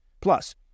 Plus